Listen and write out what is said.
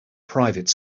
private